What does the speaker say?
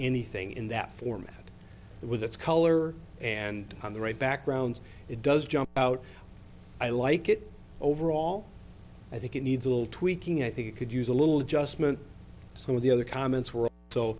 anything in that format with its color and on the right backgrounds it does jump out i like it overall i think it needs a little tweaking i think it could use a little just meant some of the other comments